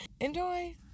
Enjoy